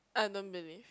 I don't believe